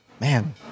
Man